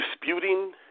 Disputing